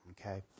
Okay